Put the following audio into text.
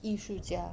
艺术家